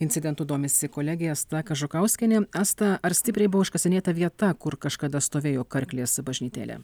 incidentu domisi kolegė asta kažukauskienė asta ar stipriai buvo užkasinėta vieta kur kažkada stovėjo karklės bažnytėlė